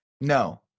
No